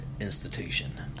institution